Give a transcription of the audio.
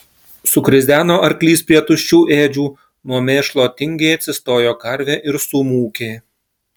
sukrizeno arklys prie tuščių ėdžių nuo mėšlo tingiai atsistojo karvė ir sumūkė